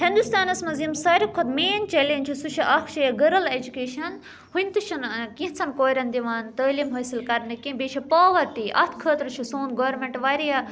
ہُندوستانَس منٛز یِم ساروی کھۄتہٕ مین چلینٛجٕس سُہ چھُ اَکھ چھِ یہِ گٔرٕل اٮ۪جُکیشَن وُن تہِ چھُنہٕ کٮ۪نٛژھن کورٮ۪ن دِوان تٲلیٖم حٲصِل کَرنہٕ کیٚنٛہہ بیٚیہِ چھِ پاوَرٹی اَتھ خٲطرٕ چھُ سون گورمٚنٹ واریاہ